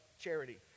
charity